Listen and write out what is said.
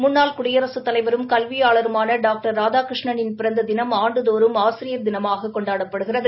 முன்னாள் குடியரசுத் தலைவரும் கல்வியாளருமான டாக்டர் ராதாகிருஷ்ணனின் பிறந்த தினம் ஆண்டுதோறும் ஆசிரியர் தினமாக கொண்டாடப்படுகிறது